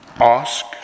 ask